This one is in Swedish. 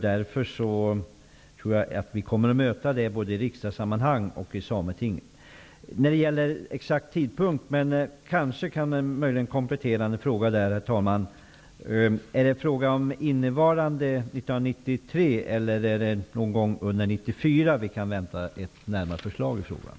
Därför tror jag att vi kommer att möta den både i riksdagssammanhang och i sametinget. Kanske kan jag komplettera med en fråga när det gäller tidpunkten: Är det under 1993 eller någon gång under 1994 vi kan vänta ett närmare förslag i frågan?